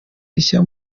rishya